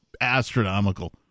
astronomical